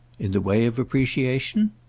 in the way of appreciation?